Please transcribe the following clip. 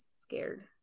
scared